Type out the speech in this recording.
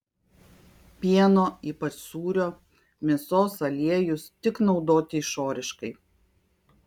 pieno ypač sūrio mėsos aliejus tik naudoti išoriškai